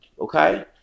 Okay